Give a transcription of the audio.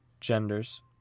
genders